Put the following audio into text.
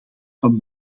van